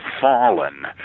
fallen